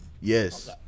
yes